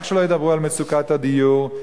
רק שלא ידברו על מצוקת הדיור,